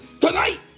tonight